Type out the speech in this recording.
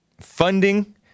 funding